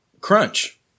Crunch